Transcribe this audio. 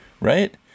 right